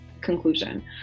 conclusion